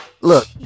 Look